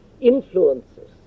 influences